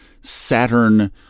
Saturn